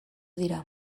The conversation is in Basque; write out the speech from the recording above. dira